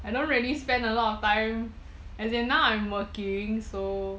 I don't really spend a lot of time as in now I'm working so